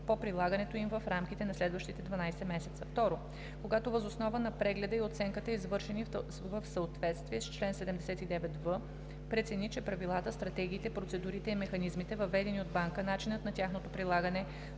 по прилагането им в рамките на следващите 12 месеца; 2. когато въз основа на прегледа и оценката, извършени в съответствие с чл. 79в, прецени, че правилата, стратегиите, процедурите и механизмите, въведени от банка, начинът на тяхното прилагане,